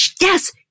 Yes